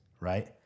right